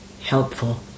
helpful